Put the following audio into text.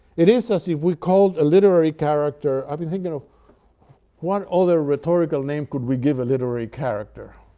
it is, as if we called, a literary character i've been thinking of what other rhetorical name could we give a literary character,